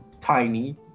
tiny